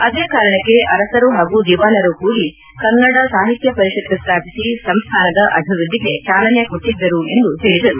ಅದೇ ಕಾರಣಕ್ಕೆ ಅರಸರು ಹಾಗೂ ದಿವಾನರು ಕೂಡಿ ಕನ್ನಡ ಸಾಹಿತ್ತ ಪರಿಪತ್ ಸ್ಥಾಪಿಸಿ ಸಂಸ್ಥಾನದ ಅಭಿವೃದ್ಧಿಗೆ ಚಾಲನೆ ಕೊಟ್ಟದ್ದರು ಎಂದು ಹೇಳದರು